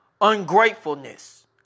ungratefulness